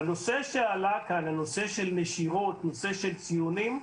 בנושא שעלה כאן, נושא הנשירות, נושא הציונים,